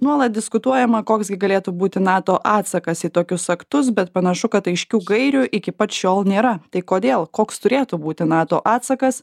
nuolat diskutuojama koks gi galėtų būti nato atsakas į tokius aktus bet panašu kad aiškių gairių iki pat šiol nėra tai kodėl koks turėtų būti nato atsakas